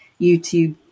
YouTube